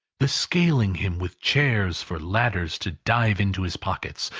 the scaling him with chairs for ladders to dive into his pockets,